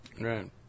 Right